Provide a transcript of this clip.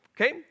Okay